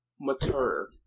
mature